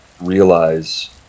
realize